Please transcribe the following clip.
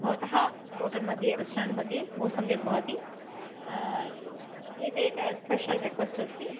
भवतः होटल्मध्ये रेस्ट्रेण्ट्मध्ये बहु सम्यक् भवति एक एक स्पेशल् रेक्वेस्ट् अस्ति